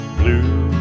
blue